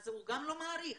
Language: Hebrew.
אז הוא גם לא מעריך.